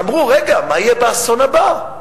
אמרו, רגע, מה יהיה באסון הבא.